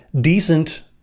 decent